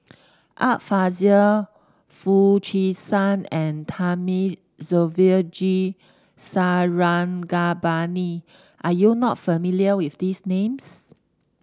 Art Fazil Foo Chee San and Thamizhavel G Sarangapani are you not familiar with these names